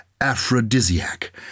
aphrodisiac